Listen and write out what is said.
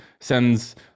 sends